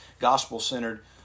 gospel-centered